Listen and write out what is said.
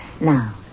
Now